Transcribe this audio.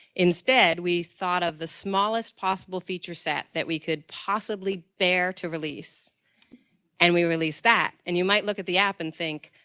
instead, we thought of the smallest possible feature set that we could possibly bear to release and we released that. and you might look at the app and think,